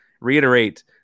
reiterate